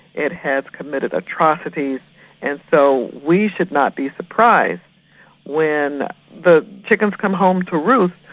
it has committed atrocities and so we should not be surprised when the chickens come home to roost,